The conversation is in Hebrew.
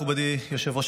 מכובדי היושב-ראש,